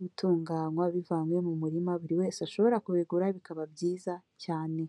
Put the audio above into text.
gutunganywa bivanywe mu murima buri wese ashobora kubigura bikaba byiza cyane.